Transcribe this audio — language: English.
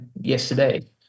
yesterday